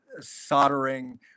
soldering